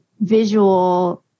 visual